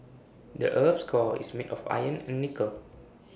the Earth's core is made of iron and nickel